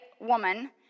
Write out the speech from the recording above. woman